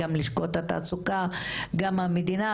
את לשכות התעסוקה וגם את המדינה,